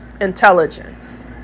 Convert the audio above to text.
intelligence